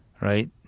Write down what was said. right